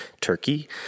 Turkey